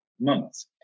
months